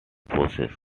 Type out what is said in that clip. possess